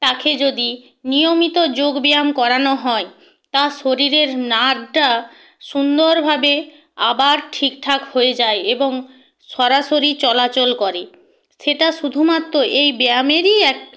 তাকে যদি নিয়মিত যোগব্যায়াম করানো হয় তার শরীরের নার্ভটা সুন্দরভাবে আবার ঠিকঠাক হয়ে যায় এবং সরাসরি চলাচল করে সেটা শুধুমাত্ত এই ব্যায়ামেরই এক